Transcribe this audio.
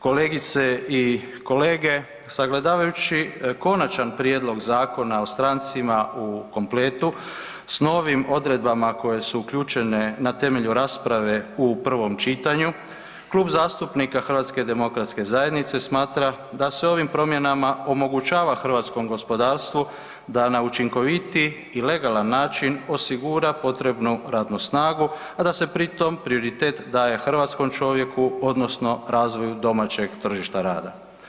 Kolegice i kolege sagledavajući Konačan prijedlog Zakona o strancima u kompletu s novim odredbama koje su uključene na temelju rasprave u prvom čitanju Klub zastupnika HDZ-a smatra da se ovim promjenama omogućava hrvatskom gospodarstvu da na učinkovitiji i legalan način osigura potrebnu radnu snagu, a da se pri tom prioritet daje hrvatskom čovjeku odnosno razvoju domaćeg tržišta rada.